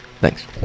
Thanks